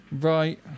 Right